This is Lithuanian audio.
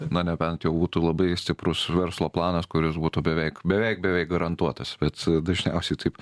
na nebent jau būtų labai stiprus verslo planas kuris būtų beveik beveik beveik garantuotas bet dažniausiai taip